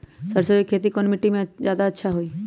सरसो के खेती कौन मिट्टी मे अच्छा मे जादा अच्छा होइ?